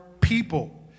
people